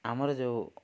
ଆମର ଯେଉଁ